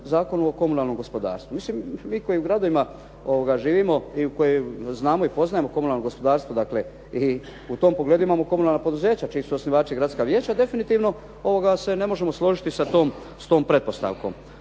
Zakonu o komunalnom gospodarstvu. Mislim mi koji u gradovima živimo i koji znamo i poznajemo komunalno gospodarstvo, dakle i u tom pogledu imamo komunalna poduzeća čiji su osnivači gradska vijeća definitivno se ne možemo složiti sa tom pretpostavkom.